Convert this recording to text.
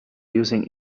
using